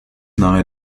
nahe